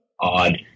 odd